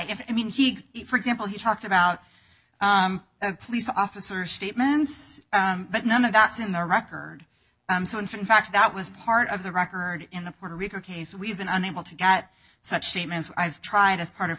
if i mean he for example he talked about the police officer statements but none of that's in the record so in fact that was part of the record in the puerto rico case we've been unable to get such statements i've tried as part of